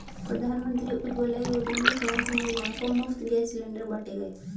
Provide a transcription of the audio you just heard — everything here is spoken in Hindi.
प्रधानमंत्री उज्जवला योजना में गांव की महिलाओं को मुफ्त गैस सिलेंडर बांटे गए